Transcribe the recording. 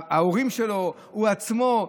או ההורים שלו, או הוא עצמו.